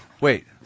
Wait